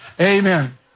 Amen